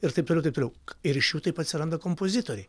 ir taip toliau ir taip toliau ir iš jų taip atsiranda kompozitoriai